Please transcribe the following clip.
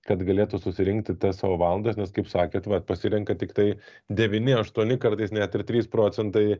kad galėtų susirinkti tas savo valandas nes kaip sakėt vat pasirenka tiktai devyni aštuoni kartais net ir trys procentai